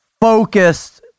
focused